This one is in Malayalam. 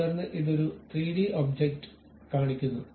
തുടർന്ന് ഇത് ഒരു 3 ഡി ഒബ്ജക്റ്റ് കാണിക്കുന്നു